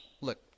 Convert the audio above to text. Look